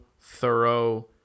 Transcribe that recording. thorough